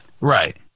Right